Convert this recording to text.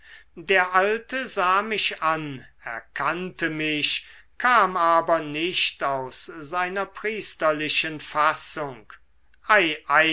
der alte sah mich an erkannte mich kam aber nicht aus seiner priesterlichen fassung